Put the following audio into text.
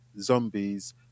zombies